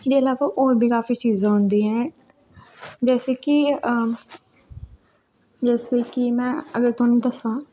होर बी काफी चीज़ां होंदियां न जैसे कि जैसे में कि अगर तोआनूं दस्सां